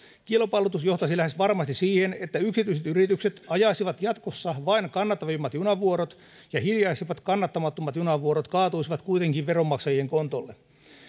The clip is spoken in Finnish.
kilpailutus johtaisi lähes varmasti siihen että yksityiset yritykset ajaisivat jatkossa vain kannattavimmat junavuorot ja hiljaisimmat kannattamattomat junavuorot kaatuisivat kuitenkin veronmaksajien kontolle